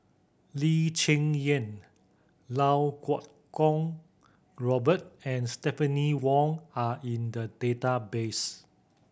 Lee Cheng Yan Lau Kuo Kwong Robert and Stephanie Wong are in the database